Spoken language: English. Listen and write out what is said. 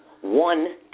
one